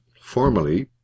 formally